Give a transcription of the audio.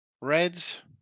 Reds